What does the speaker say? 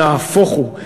נהפוך הוא,